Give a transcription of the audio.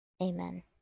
amen